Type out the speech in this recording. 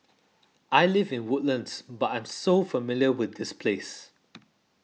I live in Woodlands but I'm so familiar with this place